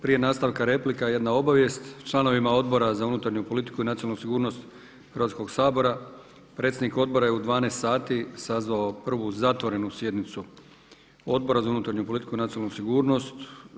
Prije nastavka replika jedna obavijest, članovima Odbora za unutarnju politiku i nacionalnu sigurnost Hrvatskog sabora predsjednik odbora je u 12 sati sazvao prvu zatvorenu sjednicu Odbora za unutarnju politiku i nacionalnu sigurnost.